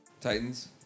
Titans